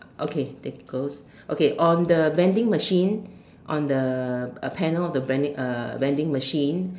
okay tickles okay on the vending machine on the uh panel of the vending uh vending machine